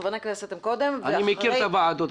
חברי הכנסת הם קודם --- אני מכיר את הוועדות,